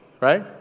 right